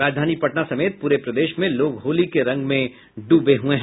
राजधानी पटना समेत पूरे प्रदेश में लोग होली के रंग में डूबे हुये हैं